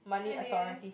M_A_S